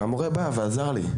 והמורה בא ועזר לי.